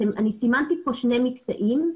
סימנתי כאן שני מקטעים.